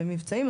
במבצעים,